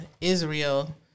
Israel